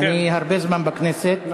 אני הרבה זמן בכנסת,